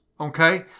Okay